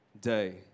day